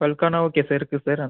பல்கானா okay sir இருக்குது sir